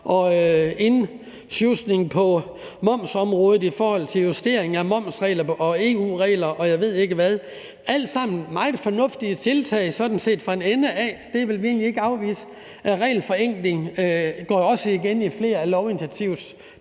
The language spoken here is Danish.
en indslusning på momsområdet i forhold til en justering af momsregler og EU-regler, og jeg ved ikke hvad. Det er sådan set alt sammen fra en ende af meget fornuftige tiltag, det vil vi egentlig ikke afvise, og regelforenklingen går jo også igen i flere af lovinitiativsdelene,